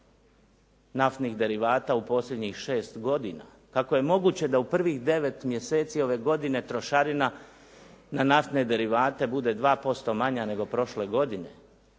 naftnih derivata u posljednjih 6 godina? Kako je moguće da u prvih 9 mjeseci ove godine trošarina na naftne derivate bude 2% manja nego prošle godine?